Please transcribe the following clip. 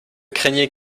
craignez